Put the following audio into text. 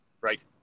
Right